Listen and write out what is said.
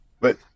But-